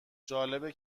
جالبه